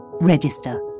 Register